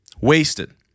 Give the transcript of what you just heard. Wasted